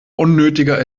unnötiger